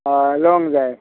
हय लोंग जाय